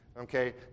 Okay